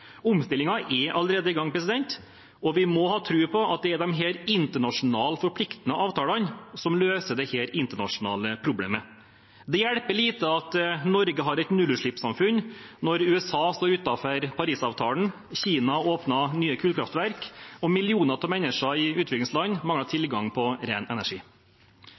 er allerede i gang, og vi må ha tro på at det er disse internasjonale, forpliktende avtalene som løser dette internasjonale problemet. Det hjelper lite at Norge har et nullutslippssamfunn når USA står utenfor Parisavtalen, Kina åpner nye kullkraftverk og millioner av mennesker i utviklingsland mangler tilgang på ren energi.